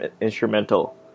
instrumental